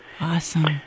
Awesome